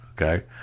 Okay